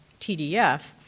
TDF